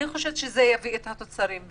אני חושבת שזה יביא את התוצרים.